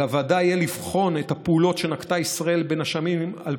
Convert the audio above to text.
על הוועדה יהיה לבחון את הפעולות שנקטה ישראל משנת